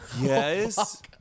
Yes